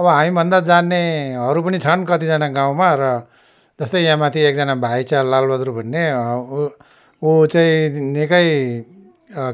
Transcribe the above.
अब हामीभन्दा जान्नेहरू पनि छन् कतिजना गाउँमा र जस्तै यहाँ माथि एकजना भाइ छ लालबादुर भन्ने ऊ ऊ चाहिँ निकै